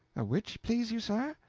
a which, please you, sir?